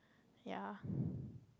ya